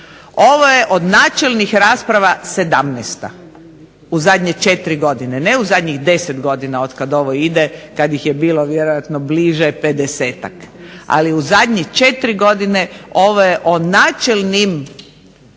Ovo je od načelnih rasprava sedamnaesta u zadnje četiri godine, ne u zadnjih deset godina od kad ovo ide kad ih je bilo vjerojatno bliže pedesetak. Ali u zadnjih četiri godine ovo je o načelnim